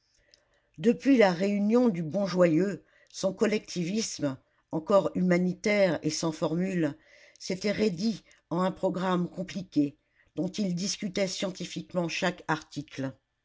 depuis la réunion du bon joyeux son collectivisme encore humanitaire et sans formule s'était raidi en un programme compliqué dont il discutait scientifiquement chaque article